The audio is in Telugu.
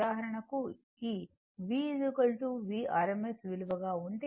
V rms విలువ గా ఉంటే